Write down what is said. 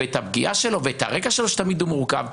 את הפגיעה שלו ואת הרקע שלו שתמיד הוא מורכב,